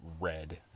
red